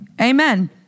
amen